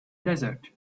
desert